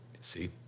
See